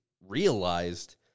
realized